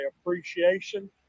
appreciation